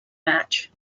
match